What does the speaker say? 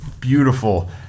beautiful